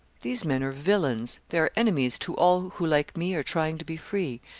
these men are villains, they are enemies to all who like me are trying to be free.